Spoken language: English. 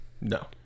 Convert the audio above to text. No